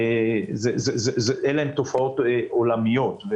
אלה תופעות עולמיות.